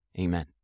amen